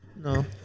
No